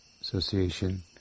association